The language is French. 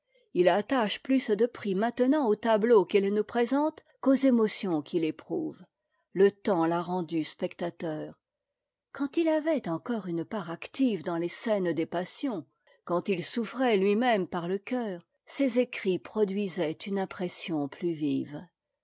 il attache plus de prix maintenant aux tableaux qu'il nous présente qu'aux émotions qu'il éprouve le temps l'a rendu spectateur quand il avait encore une part active dans les scènes des passions quand il souffrait lui-même par le cœur ses écrits produisaient une impression plus vive